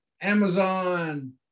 Amazon